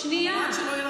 צריך לזכור את זה.